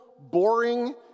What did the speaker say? boring